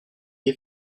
est